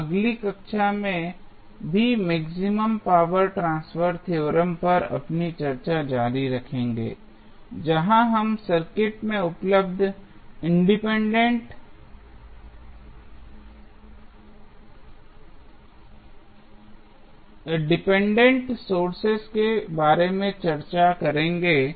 हम अगली कक्षा में भी मैक्सिमम पावर ट्रांसफर थ्योरम पर अपनी चर्चा जारी रखेंगे जहाँ हम सर्किट में उपलब्ध डिपेंडेंट सोर्सेज के बारे में चर्चा करेंगे